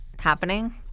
happening